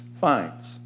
finds